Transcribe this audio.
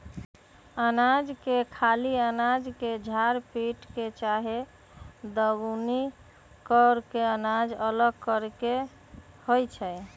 अनाज के खाली अनाज के झार पीट के चाहे दउनी क के अनाज अलग करे के होइ छइ